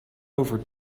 over